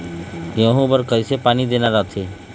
गेहूं बर कइसे पानी देना रथे?